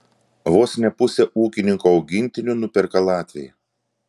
vos ne pusę ūkininko augintinių nuperka latviai